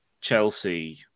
Chelsea